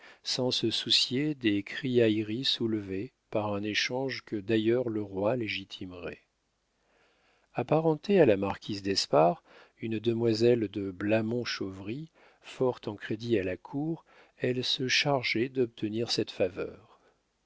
sans se soucier des criailleries soulevées par un échange que d'ailleurs le roi légitimerait apparentée à la marquise d'espard une demoiselle de blamont-chauvry fort en crédit à la cour elle se chargeait d'obtenir cette faveur